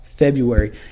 February